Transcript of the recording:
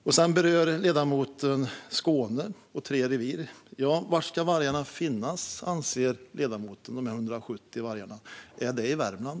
Ledamoten berörde Skåne och tre revir. Var ska de 170 vargarna finnas, anser ledamoten? Är det i Värmland?